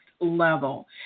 level